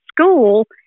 school